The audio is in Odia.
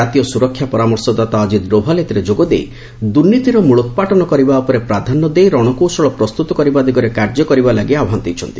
ଜାତୀୟ ସୁରକ୍ଷା ପରାମର୍ଶ ଦାତା ଅଜିତ ଡୋଭାଲ୍ ଏଥିରେ ଯୋଗ ଦେଇ ଦୁର୍ନୀତିର ମୂଳୋତ୍ପାଟନ କରିବା ଉପରେ ପ୍ରାଧାନ୍ୟ ଦେଇ ରଣକୌଶଳ ପ୍ରସ୍ତୁତ କରିବା ଦିଗରେ କାର୍ଯ୍ୟ କରିବା ଲାଗି ଆହ୍ନାନ ଦେଇଛନ୍ତି